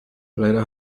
leider